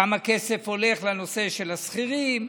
כמה כסף הולך לנושא של השכירים.